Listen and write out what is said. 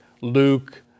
Luke